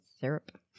syrup